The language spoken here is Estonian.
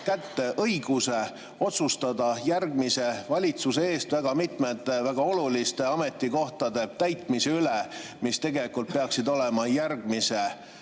kätte õiguse otsustada järgmise valitsuse eest väga mitmete väga oluliste ametikohtade täitmise üle, mis tegelikult peaksid olema järgmise